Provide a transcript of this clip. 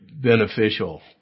beneficial